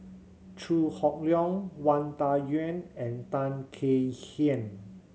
Chew Hock Leong Wang Dayuan and Tan Kek Hiang